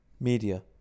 media